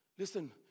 Listen